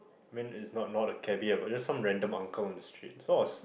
meant is not not a cabby just some random Uncle on the streets so I was